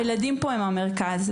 הילדים פה הם המרכז,